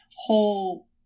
whole